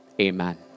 Amen